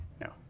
No